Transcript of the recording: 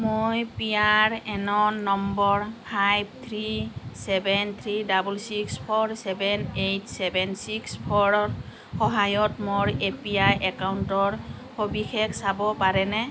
মই P R এনৰ নম্বৰ five three seven three double six four seven eight seven six ফ'ৰৰ সহায়ত মোৰ এ পি ৱাই একাউণ্টৰ সবিশেষ চাব পাৰেনে